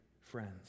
friends